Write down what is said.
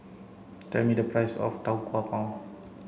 tell me the price of Tau Kwa Pau